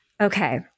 Okay